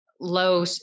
low